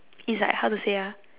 it's like how to say ah